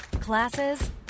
Classes